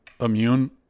immune